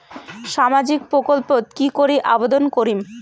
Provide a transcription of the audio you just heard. সামাজিক প্রকল্পত কি করি আবেদন করিম?